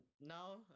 Now